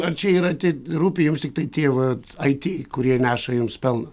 ar čia yra tik rūpi jums tiktai tie va it kurie neša jums pelną